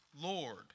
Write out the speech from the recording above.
Lord